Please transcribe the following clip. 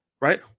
right